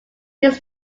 his